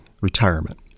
retirement